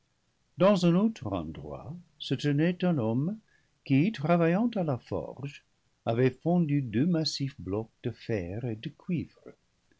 dans un autre endroit se tenait un homme qui travaillant à la forge avait fondu deux massifs blocs de fer et de cuivre